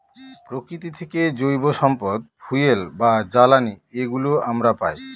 প্রকৃতি থেকে জৈব সম্পদ ফুয়েল বা জ্বালানি এগুলো আমরা পায়